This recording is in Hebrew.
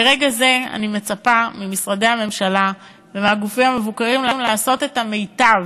מרגע זה אני מצפה ממשרדי הממשלה ומהגופים המבוקרים לעשות את המיטב,